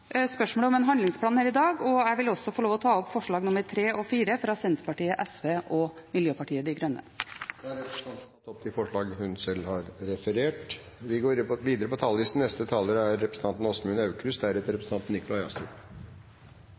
spørsmålet om en handlingsplan her i dag, og jeg vil også få lov å ta opp forslagene nr. 3 og 4, fra Senterpartiet, Sosialistisk Venstreparti og Miljøpartiet De Grønne. Da har representanten Marit Arnstad tatt opp de forslagene hun